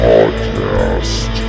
Podcast